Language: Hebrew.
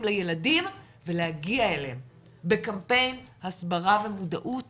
לילדים ולהגיע אליהם בקמפיין הסברה ומודעות